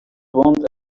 want